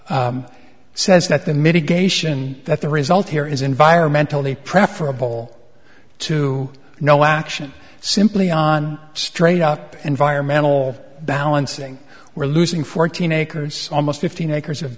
says that the mitigation that the result here is environmentally preferable to no action simply on straight up environmental balancing we're losing fourteen acres almost fifteen acres of